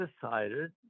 decided